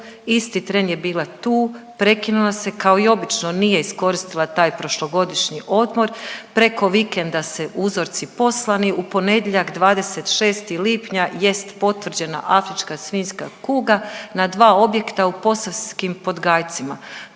Isti tren je bila tu, prekinula se. Kao i obično nije iskoristila taj prošlogodišnji odmor. Preko vikenda su uzorci poslani. U ponedjeljak 26. lipnja jest potvrđena afrička svinjska kuga na dva objekta u Posavskim Podgajcima.